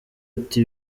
ati